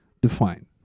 Define